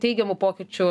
teigiamų pokyčių